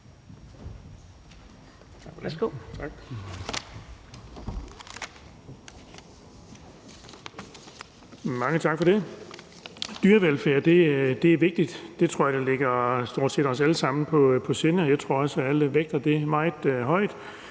Mange tak for det. Dyrevelfærd er vigtigt, og jeg tror, det ligger stort set os alle sammen på sinde, og jeg tror også, at alle vægter det meget højt.